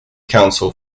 council